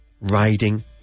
riding